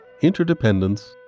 interdependence